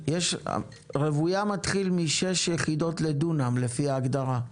הרוויה מתחיל משש יחידות לדונם לפי ההגדרה,